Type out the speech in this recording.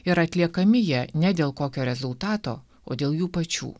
ir atliekami jie ne dėl kokio rezultato o dėl jų pačių